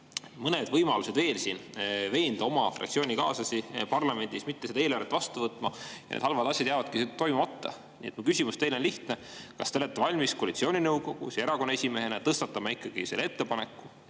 mõned võimalused veel veenda oma fraktsioonikaaslasi parlamendis mitte seda eelarvet vastu võtma ja need halvad asjad jäävadki toimumata. Nii et mu küsimus teile on lihtne: kas te olete valmis koalitsiooninõukogus ja erakonna esimehena tõstatama ettepaneku,